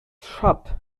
shut